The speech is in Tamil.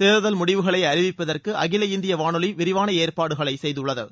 தேர்தல் முடிவுகளை அறிவிப்பதற்கு அகில இந்திய வானொலி விரிவான ஏற்பாடுகளை செய்துள்ளது